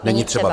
Není třeba.